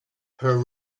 her